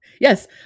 Yes